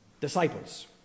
Disciples